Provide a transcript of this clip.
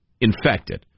infected